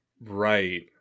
Right